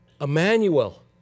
Emmanuel